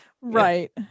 right